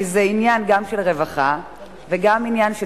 כי זה עניין גם של רווחה וגם של תקשורת,